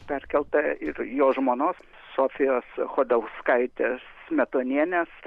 perkelta ir jo žmonos sofijos chodakauskaitės smetonienės